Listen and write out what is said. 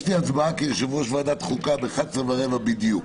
יש לי הצבעה כיושב-ראש ועדת החוקה ב-11:15 בדיוק.